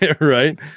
Right